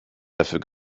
dafür